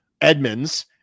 Edmonds